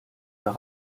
par